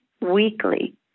weekly